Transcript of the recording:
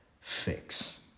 fix